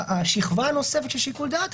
השכבה הנוספת של שיקול הדעת,